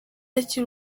akiri